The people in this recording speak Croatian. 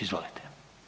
Izvolite.